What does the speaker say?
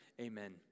Amen